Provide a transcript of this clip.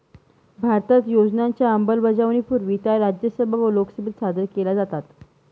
भारतात योजनांच्या अंमलबजावणीपूर्वी त्या राज्यसभा व लोकसभेत सादर केल्या जातात